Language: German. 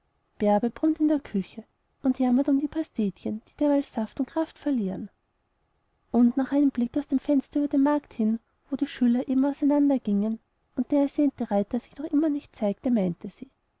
in ihrer küche und jammert um die pastetchen die derweil saft und kraft verlieren und nach einem blick aus dem fenster über den markt hin wo die schüler eben auseinander gingen und der ersehnte reiter sich immer noch nicht zeigte meinte sie